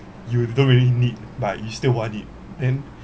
you don't really need but you still want it then